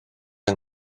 yng